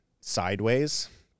sideways